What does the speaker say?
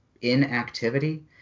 inactivity